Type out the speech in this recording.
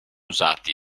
usati